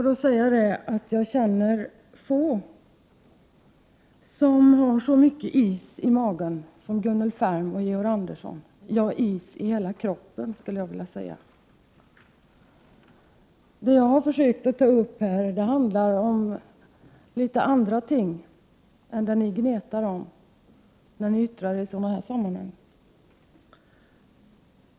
Jag känner få som har så mycket is i magen som Gunnel Färm och Georg Andersson — is i hela kroppen, skulle jag vilja säga. Det jag har försökt att ta upp här handlar om litet andra ting än det ni gnetar om när ni yttrar er i sådana här sammanhang.